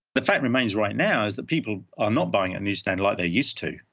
the fact remains right now is that people are not buying at newsstand like they used to,